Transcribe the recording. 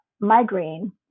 migraine